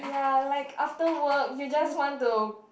ya like after work you just want to